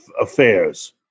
Affairs